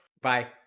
Bye